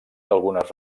algunes